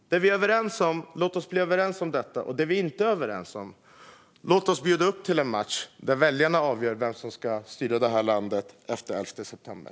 Låt oss bli överens om detta, och när det gäller det vi inte är överens om - låt oss bjuda upp till en match där väljarna avgör vem som ska styra det här landet efter den 11 september!